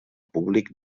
públic